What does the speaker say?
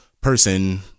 person